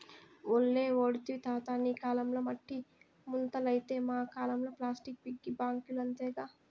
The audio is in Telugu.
బల్లే ఓడివి తాతా నీ కాలంల మట్టి ముంతలైతే మా కాలంల ప్లాస్టిక్ పిగ్గీ బాంకీలు అంతేగా